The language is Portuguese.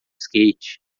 skate